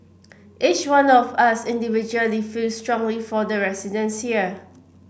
each one of us individually feel strongly for the residents here